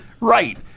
right